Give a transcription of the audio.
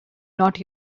not